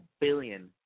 billion